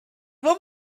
would